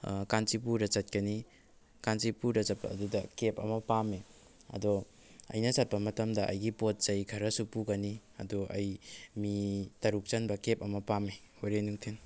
ꯀꯥꯟꯆꯤꯄꯨꯔꯗ ꯆꯠꯀꯅꯤ ꯀꯥꯟꯆꯤꯄꯨꯔꯗ ꯆꯠꯄ ꯑꯗꯨꯗ ꯀꯦꯞ ꯑꯃ ꯄꯥꯝꯃꯦ ꯑꯗꯣ ꯑꯩꯅ ꯆꯠꯄ ꯃꯇꯝꯗ ꯑꯩꯒꯤ ꯄꯣꯠ ꯆꯩ ꯈꯔꯁꯨ ꯄꯨꯒꯅꯤ ꯑꯗꯣ ꯑꯩ ꯃꯤ ꯇꯔꯨꯛ ꯆꯟꯕ ꯀꯦꯞ ꯑꯃ ꯄꯤꯝꯃꯦ ꯍꯨꯔꯦꯟ ꯅꯨꯡꯊꯤꯜ